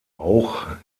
auch